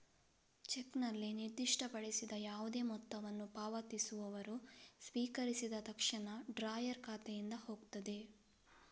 ಚೆಕ್ನಲ್ಲಿ ನಿರ್ದಿಷ್ಟಪಡಿಸಿದ ಯಾವುದೇ ಮೊತ್ತವನ್ನು ಪಾವತಿಸುವವರು ಸ್ವೀಕರಿಸಿದ ತಕ್ಷಣ ಡ್ರಾಯರ್ ಖಾತೆಯಿಂದ ಹೋಗ್ತದೆ